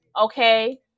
okay